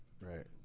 Right